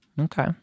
okay